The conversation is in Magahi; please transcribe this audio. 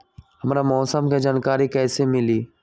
हमरा मौसम के जानकारी कैसी मिली?